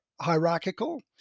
hierarchical